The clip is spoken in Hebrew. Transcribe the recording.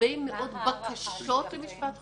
הרבה מאוד בקשות למשפט חוזר.